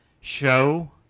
show